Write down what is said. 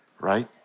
right